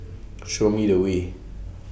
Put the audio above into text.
Show Me The Way